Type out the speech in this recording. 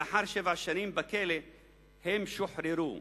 לאחר שבע שנים בכלא הם שוחררו.